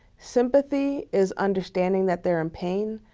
sympathy is understanding that they're in pain,